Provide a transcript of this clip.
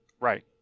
Right